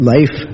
Life